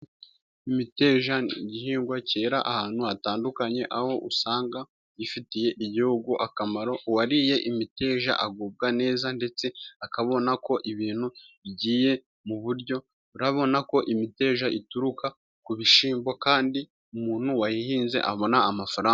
Imiteja ni igihingwa cyera ahantu hatandukanye ,aho usanga ifitiye igihugu akamaro. Uwariye imiteja agubwa neza ndetse akabona ko ibintu bigiye mu buryo . Urabona ko imiteja ituruka ku bishyimbo kandi umuntu wayihinze abona amafaranga.